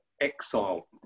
exile